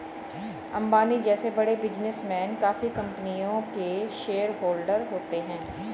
अंबानी जैसे बड़े बिजनेसमैन काफी कंपनियों के शेयरहोलडर होते हैं